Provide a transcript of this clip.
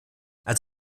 als